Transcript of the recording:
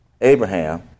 Abraham